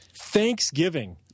Thanksgiving